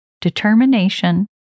determination